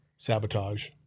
Sabotage